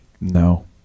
No